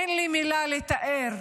אין לי מילה לתאר,